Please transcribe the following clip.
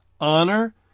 Honor